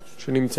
שנמצאים אתנו,